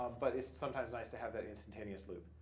um but it's it's sometimes nice to have that instantaneous loop.